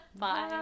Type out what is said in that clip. bye